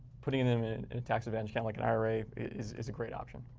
putting them in and a tax-advantaged account like an ira is is a great option.